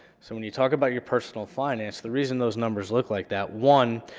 so when you talk about your personal finance, the reason those numbers look like that. one,